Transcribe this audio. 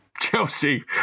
Chelsea